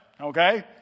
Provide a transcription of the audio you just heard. okay